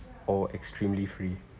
or extremely free